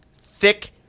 thick